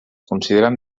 consideren